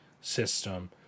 system